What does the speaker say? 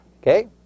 Okay